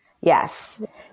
Yes